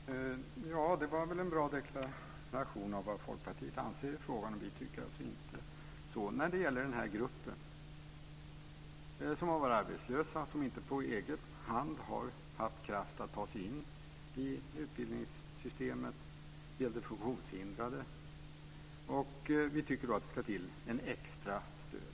Fru talman! Ja, det var väl en bra deklaration av vad Folkpartiet anser i frågan. Vi tycker alltså inte så. När det gäller den här gruppen - de som har varit arbetslösa och de som inte på egen hand har haft kraft att ta sig in i utbildningssystemet, t.ex. funktionshindrade - tycker vi att det ska till ett extra stöd.